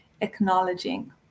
acknowledging